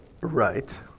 Right